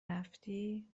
رفتی